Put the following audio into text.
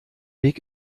weg